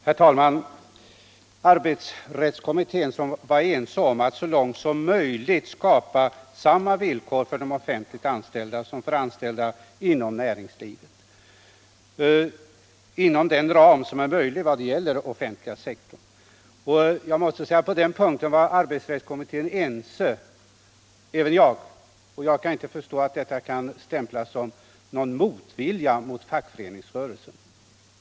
Herr talman! Arbetsrättskommittén ansåg att man borde skapa samma villkor för de offentliganställda som för anställda i näringslivet, så långt detta är möjligt inom de ramar som gäller för den offentliga sektorn. På den punkten var kommitténs ledamöter ense. Även jag ställde mig bakom denna uppfattning, och jag kan inte förstå att det kan stämplas som motvilja mot fackföreningsrörelsen.